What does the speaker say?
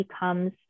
becomes